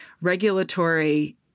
regulatory